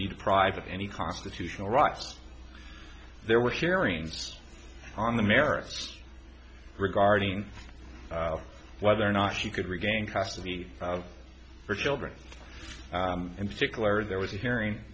be deprived of any constitutional rights there were hearings on the merits regarding whether or not she could regain custody of her children in particular there was a hearing